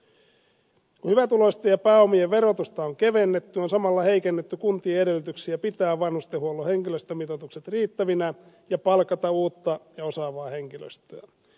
kun hyvätuloisten ja pääomien verotusta on kevennetty on samalla heikennetty kuntien edellytyksiä pitää vanhustenhuollon henkilöstömitoitukset riittävinä ja palkata uutta ja osaavaa henkilöstöä